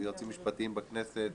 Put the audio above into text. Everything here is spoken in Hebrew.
משפטיים בכנסת,